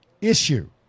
issue